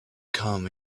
come